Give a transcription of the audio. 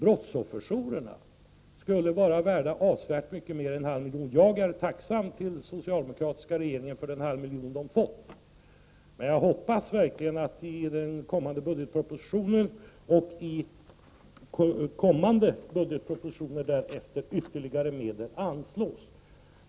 Brottsofferjourerna skulle vara värda avsevärt mer än en halv miljon. Jag är tacksam mot den socialdemokratiska regeringen för den halva miljon som de har fått, men jag hoppas verkligen att det i den kommande budgetpropositionen och i kommande budgetpropositioner anslås ytterligare medel.